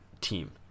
team